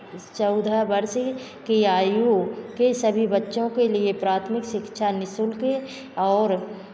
चौदह वर्ष की आयु के सभी बच्चों के लिए प्राथमिक शिक्षा निःशुल्क और